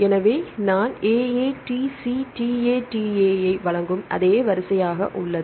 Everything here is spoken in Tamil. எனவே நான் AATCTATA ஐ வழங்கும் அதே வரிசையாக உள்ளது